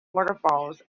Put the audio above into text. waterfalls